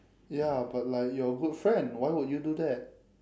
ya but like you're a good friend why would you do that